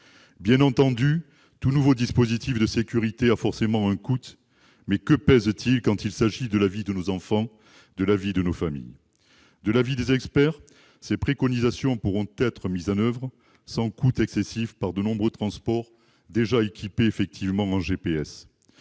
Bien entendu, tout nouveau dispositif de sécurité a forcément un coût, mais que pèse-t-il quand il s'agit de la vie de nos enfants, de nos familles ? De l'avis des experts, ces préconisations pourront être mises en oeuvre sans coût excessif par de nombreux transports déjà équipés en GPS.